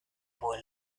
boar